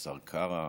לשר קרא,